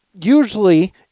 usually